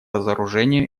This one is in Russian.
разоружению